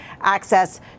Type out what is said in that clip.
access